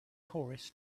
tourists